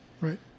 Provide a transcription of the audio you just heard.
Right